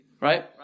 Right